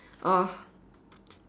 oh